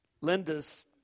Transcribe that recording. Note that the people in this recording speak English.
Linda's